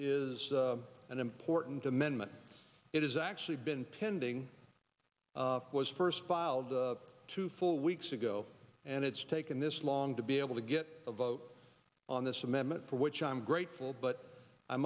is an important amendment it is actually been pending was first filed two full weeks ago and it's taken this long to be able to get a vote on this amendment for which i'm grateful but i